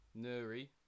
Nuri